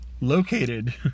located